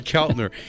Keltner